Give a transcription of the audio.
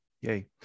Yay